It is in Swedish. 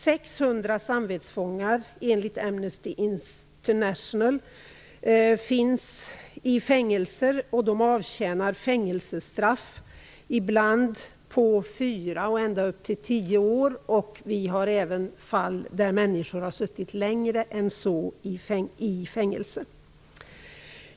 600 samvetsfångar finns i fängelser, enligt Amnesty International, och de avtjänar fängelsestraff på ibland fyra och ända upp till tio år. Det finns även fall där människor har suttit längre än så i fängelse.